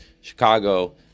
Chicago